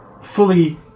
fully